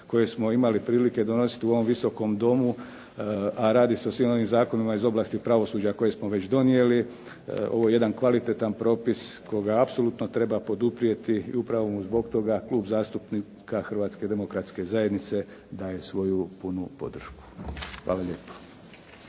kojeg smo imali prilike donositi u ovom Visokom domu, a radi se o svim onim zakonima iz oblasti pravosuđa koje smo već donijeli. Ovo je jedan kvalitetan propis koga apsolutno treba poduprijeti i upravo mu zbog toga Klub zastupnika Hrvatske demokratske zajednice daje svoju punu podršku. Hvala lijepo.